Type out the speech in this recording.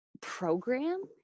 program